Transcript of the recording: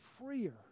freer